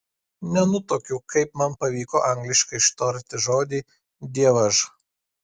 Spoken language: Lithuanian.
nenutuokiu kaip man pavyko angliškai ištarti žodį dievaž